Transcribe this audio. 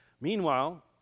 Meanwhile